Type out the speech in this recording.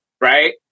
right